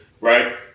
right